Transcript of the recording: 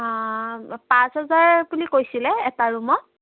পাঁচ হাজাৰ বুলি কৈছিলে এটা ৰূমত